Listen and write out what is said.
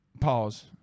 Pause